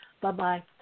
Bye-bye